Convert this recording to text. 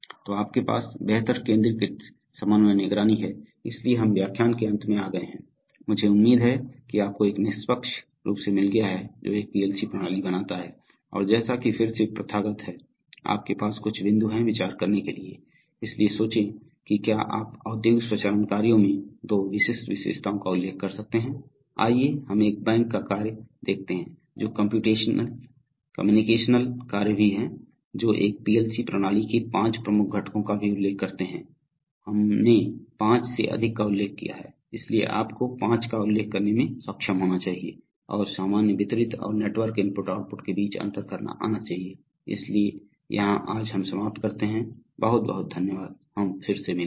तो आपके पास बेहतर केंद्रीकृत समन्वय निगरानी है इसलिए हम व्याख्यान के अंत में आ गए हैं मुझे उम्मीद है कि आपको एक निष्पक्ष रूप से मिल गया है जो एक पीएलसी प्रणाली बनाता है और जैसा कि फिर से प्रथागत है आपके पास कुछ बिंदु हैं विचार करने के लिए इसलिए सोचें कि क्या आप औद्योगिक स्वचालन कार्यों में दो विशिष्ट विशेषताओं का उल्लेख कर सकते हैं आइए हम एक बैंक का कार्य देखते हैं जो कम्प्यूटेशनल कार्य भी हैं जो एक पीएलसी प्रणाली के पांच प्रमुख घटकों का भी उल्लेख करते हैं हमने पांच से अधिक का उल्लेख किया है इसलिए आपको पांच का उल्लेख करने में सक्षम होना चाहिए और सामान्य वितरित और नेटवर्क I O के बीच अंतर करना आना चाहिए इसलिए यहां आज हम समाप्त करते हैं बहुत बहुत धन्यवाद हम फिर से मिलेंगे